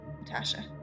Natasha